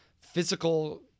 physical